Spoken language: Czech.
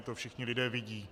To všichni lidé vidí.